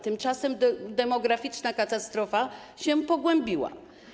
Tymczasem demograficzna katastrofa się pogłębiła.